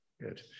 good